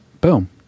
Boom